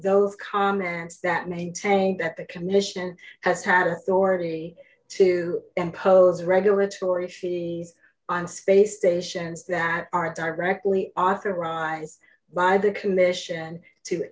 those comments that maintain that the commission has had already to impose regulatory issue on space stations that aren't directly authorized by the commission to